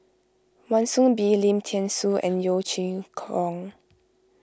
Wan Soon Bee Lim thean Soo and Yeo Chee Kiong